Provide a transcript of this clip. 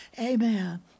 amen